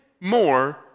more